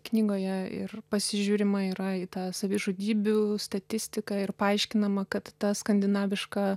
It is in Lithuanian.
knygoje ir pasižiūrima yra į tą savižudybių statistiką ir paaiškinama kad ta skandinaviška